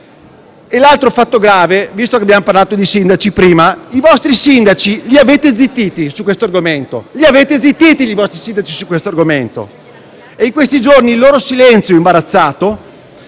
L'altro fatto grave, visto che prima abbiamo parlato di sindaci, è che i vostri sindaci li avete zittiti su questo argomento e in questi giorni il loro silenzio imbarazzato